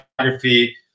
photography